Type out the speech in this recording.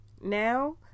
Now